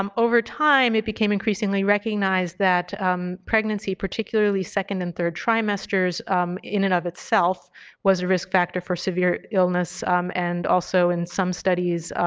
um over time it became increasingly recognized that pregnancy, particularly second and third trimesters in and of itself was a risk factor for severe illness um and also in some studies